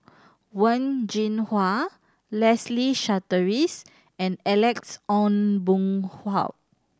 Wen Jinhua Leslie Charteris and Alex Ong Boon Hau